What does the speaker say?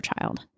child